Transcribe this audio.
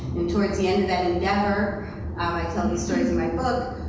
and towards the end of that endeavor, i tell the stories of my book,